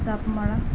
জাপ মাৰা